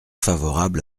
favorable